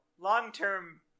long-term